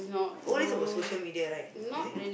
all these about social media right is it